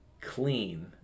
clean